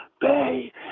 Bay